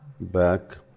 back